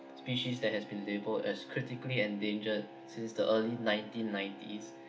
species that has been labelled as critically endangered since the early nineteen nineties